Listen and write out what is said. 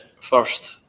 first